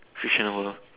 fiction world